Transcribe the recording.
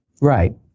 Right